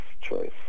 choice